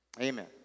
amen